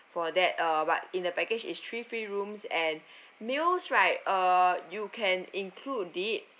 for that uh but in the package is three free rooms and meals right uh you can include it